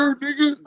nigga